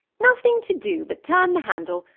nothing to do but turn the handle,